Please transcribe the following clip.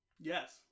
Yes